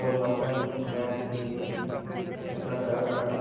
Ford Mustang Mach E GT Tesla Cybertruck